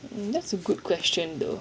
that's a good question though